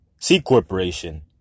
C-Corporation